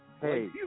hey